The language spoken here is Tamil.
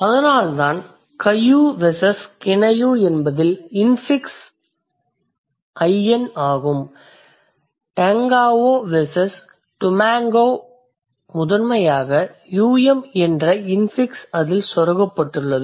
அதனால்தான் kayu வெர்சஸ் kinayu என்பதில் இன்ஃபிக்ஸ் in ஆகும் tengao வெர்சஸ் tumengao முதன்மையாக um என்ற இன்ஃபிக்ஸ் அதில் செருகப்பட்டுள்ளது